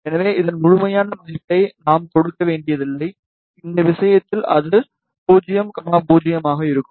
எனவே இதன் முழுமையான மதிப்பை நாம் கொடுக்க வேண்டியதில்லை இந்த விஷயத்தில் அது 0 0 ஆக இருக்கும்